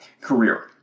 career